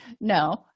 No